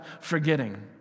forgetting